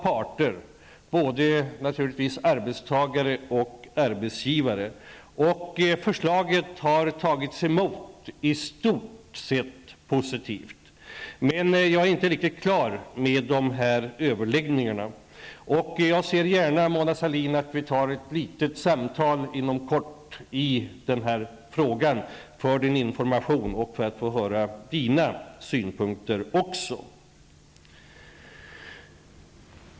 Jag har haft samtal med både arbetstagare och arbetsgivare, och förslagen har i stort sett tagits emot positivt. Men jag är inte riktigt klar med dessa överläggningar. Jag ser gärna, Mona Sahlin, att vi inom kort har ett litet samtal i denna fråga för att jag skall kunna ge information och höra Mona Sahlins synpunkter också.